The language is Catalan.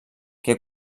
que